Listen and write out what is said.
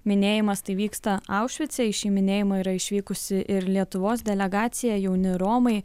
minėjimas tai vyksta aušvice į šį minėjimą yra išvykusi ir lietuvos delegacija jauni romai